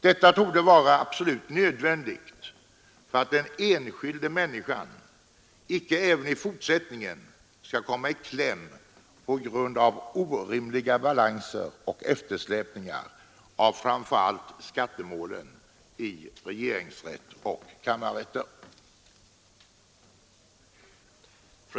Detta torde vara absolut nödvändigt för att den enskilda människan icke även i fortsättningen skall komma i kläm på grund av orimliga balanser och eftersläpningar av framför allt skattemålen i regeringsrätt och kammarrätter.